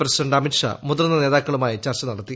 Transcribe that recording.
president Amit Shah മുതിർന്ന നേതാക്കളുമായി ചർച്ച നടത്തി